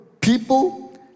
people